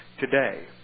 today